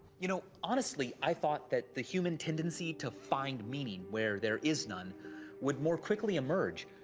you know, honestly, i thought that the human tendency to find meaning where there is none would more quickly emerge.